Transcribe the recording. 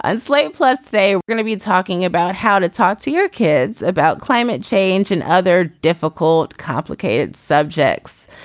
ah slate plus they are gonna be talking about how to talk to your kids about climate change and other difficult complicated subjects.